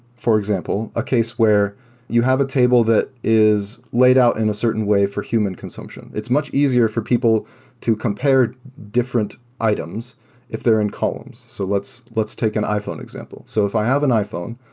for example, a case where you have a table that is laid out in a certain way for human consumption. it's much easier for people to compare different items if they're in columns. so let's let's take an iphone example. so if i have an iphone,